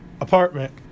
apartment